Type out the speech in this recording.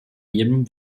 jedem